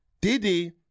Diddy